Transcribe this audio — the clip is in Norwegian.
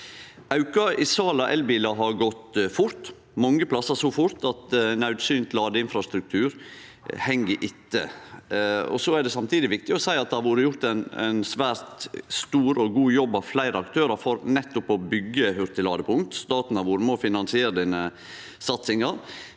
Auken i salet av elbilar har gått fort, mange stader så fort at naudsynt ladeinfrastruktur heng etter. Samtidig er det viktig å seie at det har vore gjort ein svært stor og god jobb av fleire aktørar for nettopp å byggje hurtigladepunkt. Staten har vore med på å finansiere denne